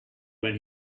when